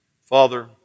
Father